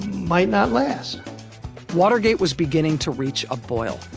might not last watergate was beginning to reach a boil.